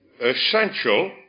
essential